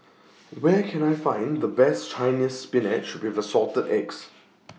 Where Can I Find The Best Chinese Spinach with Assorted Eggs